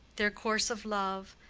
their course of love,